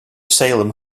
salem